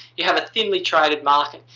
you have a thinly traded market.